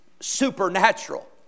supernatural